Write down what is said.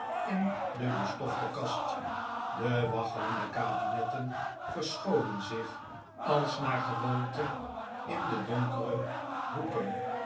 in de bestofte kast de waggelende kabinetten verscholen zich als naar gewoonte in de donkere hoeken